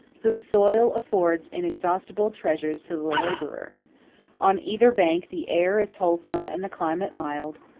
whose soil affords inexhaustible treasures to the laborer on either bank the air is wholesome and the climate mild,